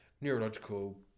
neurological